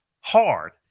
hard